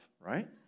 right